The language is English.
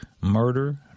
murder